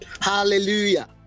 Hallelujah